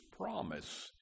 promise